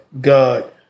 God